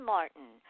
Martin